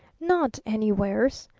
not anywheres,